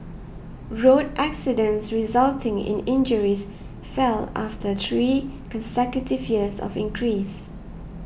road accidents resulting in injuries fell after three consecutive years of increase